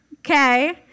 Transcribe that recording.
okay